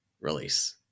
release